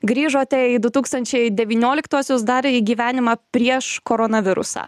grįžote į du tūkstančiai devynioliktuosius dar į gyvenimą prieš koronavirusą